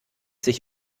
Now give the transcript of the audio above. sich